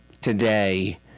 Today